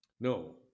No